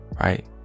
right